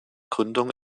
gründung